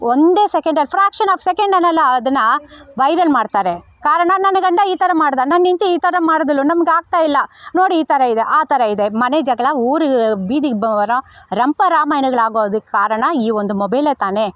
ಒಂದೇ ಸೆಕೆಂಡಲ್ಲಿ fraction of second ಅನ್ನಲ್ಲ ಅದನ್ನು ವೈರಲ್ ಮಾಡ್ತಾರೆ ಕಾರಣ ನನ್ನ ಗಂಡ ಈ ಥರ ಮಾಡಿದ ನನ್ನ ಹೆಂಡ್ತಿ ಈ ಥರ ಮಾಡಿದ್ಳು ನಮ್ಗೆ ಆಗ್ತಾಯಿಲ್ಲ ನೋಡಿ ಈ ಥರ ಇದೆ ಆ ಥರ ಇದೆ ಮನೆ ಜಗಳ ಊರು ಬೀದಿಗೆ ರಂಪ ರಾಮಾಯಣಗಳಾಗೋದಕ್ಕೆ ಕಾರಣ ಈ ಒಂದು ಮೊಬೈಲೇ ತಾನೇ